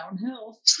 downhill